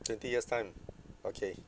twenty years time okay